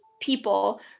people